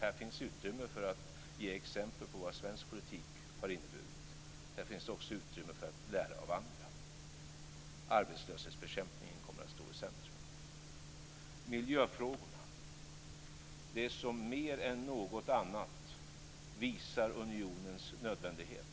Här finns utrymme för att ge exempel på vad svensk politik har inneburit. Här finns också utrymme för att lära av andra. Arbetslöshetsbekämpningen kommer att stå i centrum. Miljöfrågorna visar mer än något annat unionens nödvändighet.